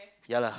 ya lah